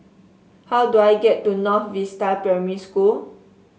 how do I get to North Vista Primary School